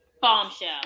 bombshell